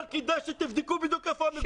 אבל כדאי שתבדקו בדיוק איפה המגורים שלו.